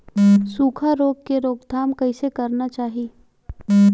सुखा रोग के रोकथाम कइसे करना चाही?